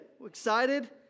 Excited